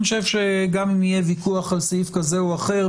אני חושב שגם אם יהיה ויכוח על סעיף כזה או אחר,